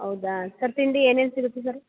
ಹೌದಾ ಸರ್ ತಿಂಡಿ ಏನೇನು ಸಿಗುತ್ತೆ ಸರು